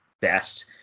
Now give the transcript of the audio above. best